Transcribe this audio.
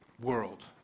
world